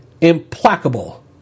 implacable